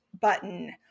button